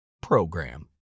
program